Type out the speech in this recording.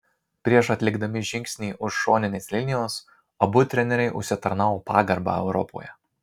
prieš atlikdami žingsnį už šoninės linijos abu treneriai užsitarnavo pagarbą europoje